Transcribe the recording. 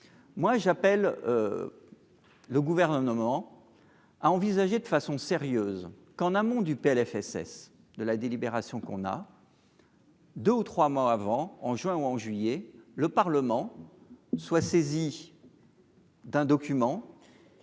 moi j'appelle le gouvernement à envisager de façon sérieuse qu'en amont du PLFSS de la délibération qu'on a. 2 ou 3 mois avant, en juin ou en juillet, le Parlement soit saisi. D'un document.